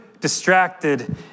distracted